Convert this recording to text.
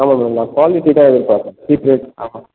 ஆமாம் மேடம் நான் குவாலிட்டி தான் எதிர்பார்க்குறேன் சீப் ரேட் ஆமாம்